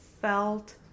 felt